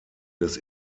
des